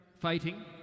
fighting